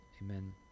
Amen